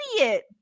idiot